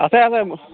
আছে আছে